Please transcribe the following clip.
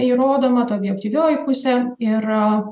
įrodoma ta objektyvioji pusė yra